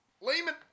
Lehman